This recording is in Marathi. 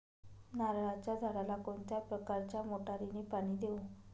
नारळाच्या झाडाला कोणत्या प्रकारच्या मोटारीने पाणी देऊ?